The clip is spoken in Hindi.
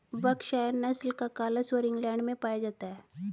वर्कशायर नस्ल का काला सुअर इंग्लैण्ड में पाया जाता है